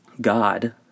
God